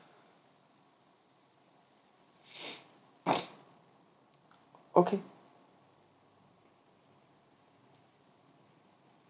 okay